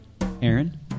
Aaron